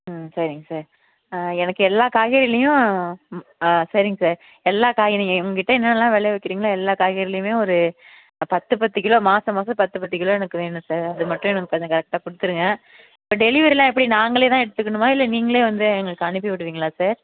ம் சரிங்க சார் எனக்கு எல்லா காய்கறிலேயும் ம் சரிங்க சார் எல்லா காய்கறிங்கேயும் உங்ககிட்ட என்னென்னலாம் விளை விக்கிறிங்களோ எல்லா காய்கறிலேயுமே ஒரு பத்து பத்து கிலோ மாதம் மாதம் பத்து பத்து கிலோ எனக்கு வேணும் சார் அது மட்டும் எனக்கு கொஞ்சம் கரெக்டாக கொடுத்துருங்க இப்போ டெலிவெரியெலாம் எப்படி நாங்களே தான் எடுத்துக்கணுமா இல்லை நீங்களே வந்து எங்களுக்கு அனுப்பி விடுவீங்களா சார்